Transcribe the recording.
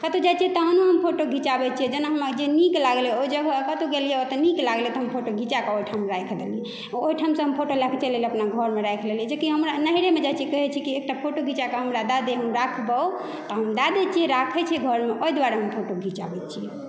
कतौ जाइ छियै तहनो हम फोटो घिचाबै छियै जेना हमरा जे नीक लागल ओहि जगह कतौ गेलिए ओतऽ नीक लागलै तऽ हम फोटो घिचाके ओहि ठाम हम राखि देलिए ओहि ठाम से हम फोटो लऽके हम चलि अयलहुॅं अपना घरमे राखि लेलिए जे कि हमरा नैहरेमे जाइ छी कहै छी कि एक टा फोटो घिचाके हमरा दऽ दे हम राखबौ हम दऽ दै छियै राखै छियै घरमे ओइ दुआरे हम फोटो घिचाबै छियै